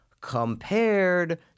compared